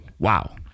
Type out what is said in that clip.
Wow